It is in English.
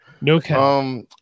No